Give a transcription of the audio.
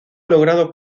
logrado